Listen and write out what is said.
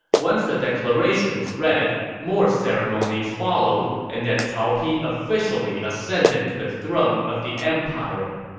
once the declaration was read, more ceremonies followed and then cao pi officially ascended to the throne of the empire.